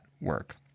work